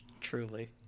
Truly